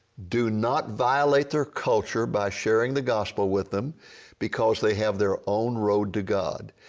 do not violate their culture by sharing the gospel with them because they have their own road to god.